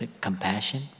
compassion